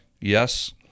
Yes